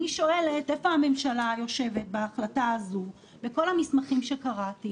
אני שואלת איפה הממשלה יושבת בהחלטה הזו בכל המסמכים שקראתי,